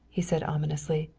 he said ominously.